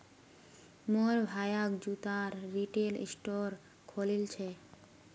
मोर भाया जूतार रिटेल स्टोर खोलील छ